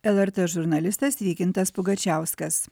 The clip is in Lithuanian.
lrt žurnalistas vykintas pugačiauskas